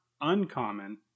uncommon